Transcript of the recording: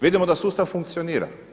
Vidimo da sustav funkcionira.